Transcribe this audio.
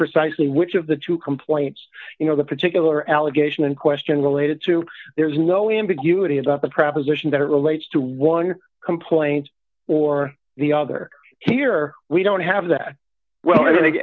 precisely which of the two complaints you know the particular allegation in question related to there is no ambiguity about the proposition that relates to one complaint or the other here we don't have that well i think